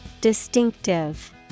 Distinctive